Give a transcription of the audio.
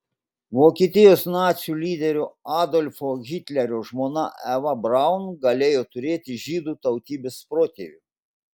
vokietijos nacių lyderio adolfo hitlerio žmona eva braun galėjo turėti žydų tautybės protėvių